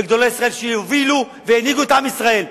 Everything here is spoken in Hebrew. וגדולי ישראל שהובילו והנהיגו את עם ישראל.